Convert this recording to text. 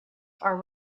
are